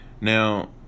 Now